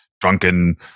drunken